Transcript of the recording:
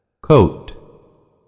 Coat